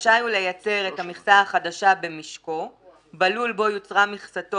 רשאי הוא לייצר את המכסה החדשה במשקו בלול בו יוצרה מכסתו